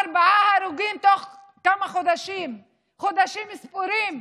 ארבעה הרוגים בתוך כמה חודשים, חודשים ספורים.